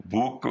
Book